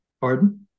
Pardon